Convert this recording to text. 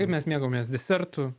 kaip mes mėgaujamės desertu